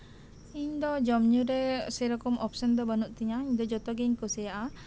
ᱤᱧ ᱫᱚ ᱡᱚᱢ ᱧᱩᱨᱮ ᱚᱱᱠᱟ ᱫᱚ ᱚᱯᱷᱥᱮᱱ ᱫᱚ ᱵᱟᱹᱱᱩᱜ ᱛᱤᱧᱟ ᱤᱧ ᱫᱚ ᱡᱚᱛᱚ ᱜᱤᱧ ᱠᱩᱥᱤᱭᱟᱜᱼᱟ